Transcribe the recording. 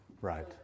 right